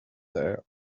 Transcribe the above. their